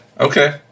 Okay